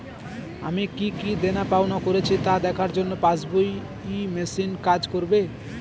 আমি কি কি দেনাপাওনা করেছি তা দেখার জন্য পাসবুক ই মেশিন কাজ করবে?